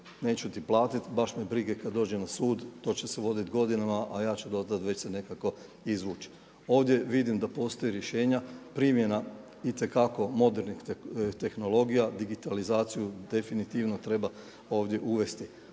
neću ti platiti, baš me brige, kad dođem na sud to će se voditi godinama, a ja ću dotle već se nekako izvući. Ovdje vidim da postoje rješenja. Primjena itekako modernih tehnologija, digitalizaciju definitivno treba ovdje uvesti.